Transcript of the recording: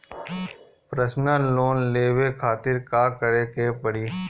Personal loan लेवे खातिर का करे के पड़ी?